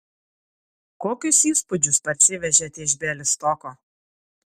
kokius įspūdžius parsivežėte iš bialystoko